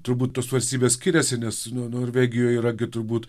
turbūt tos valstybės skiriasi nes no norvegijoj yra gi turbūt